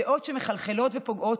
דעות שמחלחלות ופוגעות,